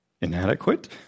inadequate